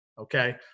okay